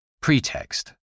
Pretext